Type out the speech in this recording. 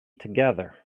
together